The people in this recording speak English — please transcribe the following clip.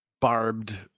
barbed